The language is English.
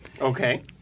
okay